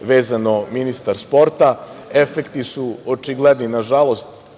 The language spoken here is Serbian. vezano ministar sporta, efekti su očigledni, nažalost